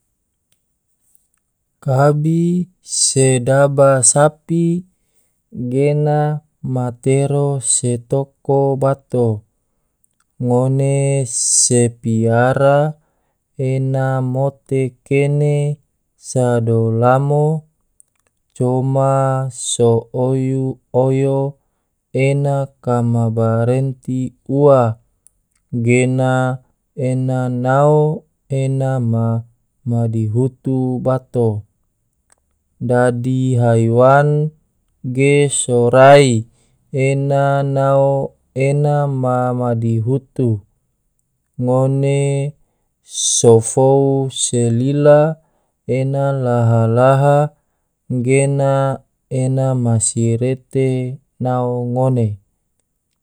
Kabi sedaba sapi gena matero se toko bato, ngone se piara ena mote kene sado lamo coma so oyu, oyo ena kama barnti ua, gena ena nao ena ma madihutu bato. dadi haiwan ge sorai ena nao ena ma madihutu, ngone so fou se lila ena laha-laha gena ena masirete nao ngone.